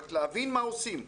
רק להבין מה עושים.